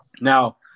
now